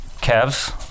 Calves